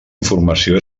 informació